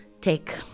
take